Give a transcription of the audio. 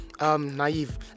Naive